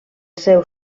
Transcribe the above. seu